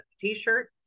t-shirt